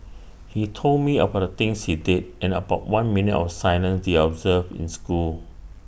he told me about the things he did and about one minute of silence they observed in school